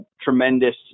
tremendous